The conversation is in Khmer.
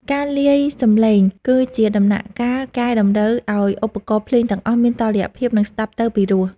ការលាយសំឡេងគឺជាដំណាក់កាលកែតម្រូវឱ្យឧបករណ៍ភ្លេងទាំងអស់មានតុល្យភាព និង ស្ដាប់ទៅពីរោះ។